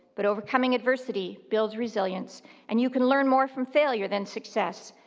but overcoming adversity builds resilience and you can learn more from failure than success.